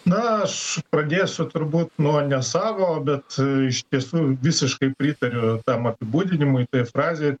na aš pradėsiu turbūt nuo ne savo bet iš tiesų visiškai pritariu tam apibūdinimui tai frazei